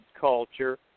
culture